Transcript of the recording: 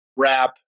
Wrap